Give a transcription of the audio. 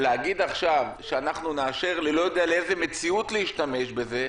להגיד עכשיו שנאשר לא יודע לאיזו מציאות להשתמש בזה,